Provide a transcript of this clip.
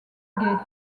guet